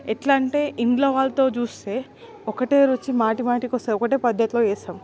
ఎట్ల అంటే ఇంట్లో వాళ్ళతో జూస్తే ఒకటే రుచి మాటిమాటికొస్తది ఒకటే పద్దతిలో చేస్తాం